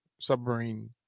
submarine